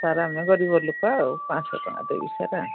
sir ଆମେ ଗରିବ ଲୋକ ଆଉ ପାଞ୍ଚଶହ ଟଙ୍କା ଦେବି ସାର୍ ଆଉ